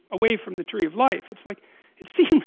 away from the tree of life it's like it's see um